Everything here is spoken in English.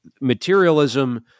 materialism